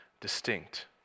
distinct